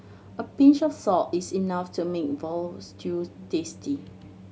a pinch of salt is enough to make stew tasty